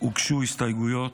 הוגשו הסתייגויות,